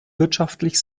wirtschaftlich